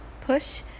push